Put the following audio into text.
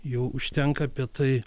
jau užtenka apie tai